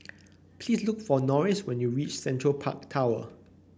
please look for Norris when you reach Central Park Tower